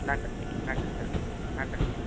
நன்றி சார் நன்றி சார் ந நன்றி சார்